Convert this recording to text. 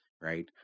right